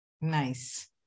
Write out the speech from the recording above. Nice